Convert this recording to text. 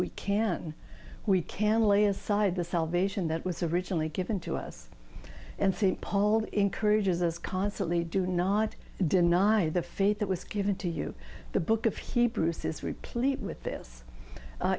we can we can lay aside the salvation that was originally given to us and st paul encourages us constantly do not deny the faith that was given to you the book of hebrews is replete with this